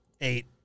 Eight